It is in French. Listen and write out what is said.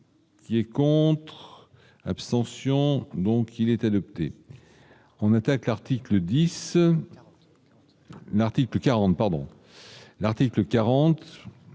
dire on. Abstention donc il est adopté, on attaque l'article 10 l'article 40, pardon, l'article 40